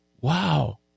Wow